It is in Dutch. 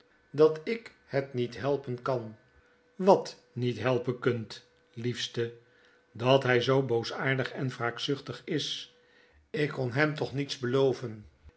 dat ik het niet helpen kan wat niet helpen kunt liefste dat hy zoo boosaardig en wraakzuchtig is ik kon hem toch niets beloven